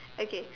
okay